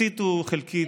הציתו חלקית.